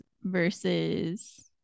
versus